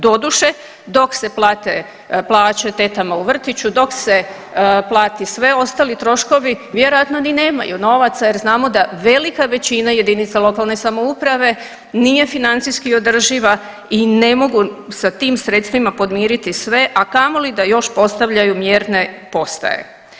Doduše, dok se plate plaće tetama u vrtiću, dok se plati sve ostali troškovi, vjerojatno ni nemaju novaca jer znamo da velika većina jedinica lokalne samouprave nije financijski održiva i ne mogu sa tim sredstvima podmiriti sve, a kamoli da još postavljaju mjerne postaje.